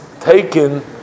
taken